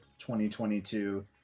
2022